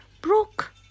broke